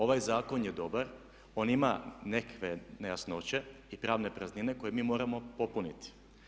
Ovaj zakon je dobar, on ima neke nejasnoće i pravne praznine koje mi moramo popuniti.